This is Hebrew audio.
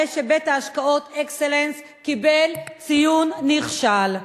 הרי שבית-ההשקעות "אקסלנס" קיבל ציון נכשל.